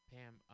Pam